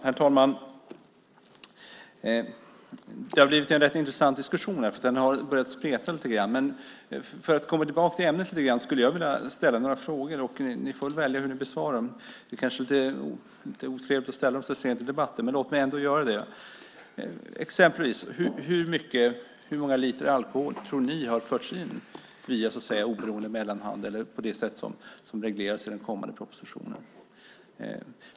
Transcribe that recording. Herr talman! Det har blivit en rätt intressant diskussion. Den har börjat spreta lite grann. För att komma tillbaka till ämnet skulle jag vilja ställa några frågor. Ni får välja hur ni ska besvara dem. Det är kanske lite otrevligt att jag ställer dem så sent i debatten, men låt mig ändå göra det. Hur många liter alkohol tror ni har förts in via oberoende mellanhand eller på det sätt som regleras i den kommande propositionen?